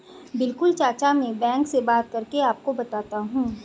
बिल्कुल चाचा में बैंक से बात करके आपको बताता हूं